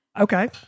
Okay